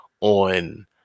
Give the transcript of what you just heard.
on